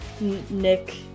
Nick